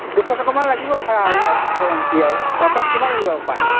দুশ টকামান লাগিব ভাড়া আৰু উপৰঞ্চি আৰু আপোনাক কিমান লাগিব আৰু পানী